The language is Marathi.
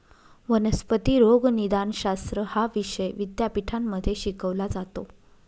वनस्पती रोगनिदानशास्त्र हा विषय विद्यापीठांमध्ये शिकवला जातो